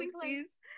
please